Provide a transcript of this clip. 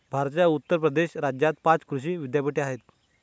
भारताच्या उत्तर प्रदेश राज्यात पाच कृषी विद्यापीठे आहेत